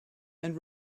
and